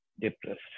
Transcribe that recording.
depressed